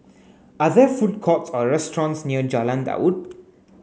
are there food courts or restaurants near Jalan Daud